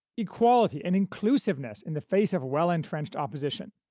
equality, and inclusiveness in the face of well-entrenched opposition.